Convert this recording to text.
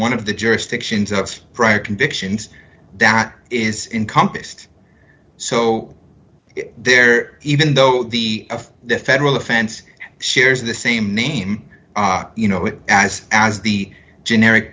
one of the jurisdictions of prior convictions that is in compassed so there even though the of the federal offense shares the same name you know it as as the generic